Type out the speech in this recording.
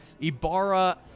Ibarra